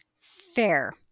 Fair